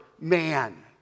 man